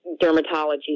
dermatology